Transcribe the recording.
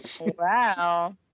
Wow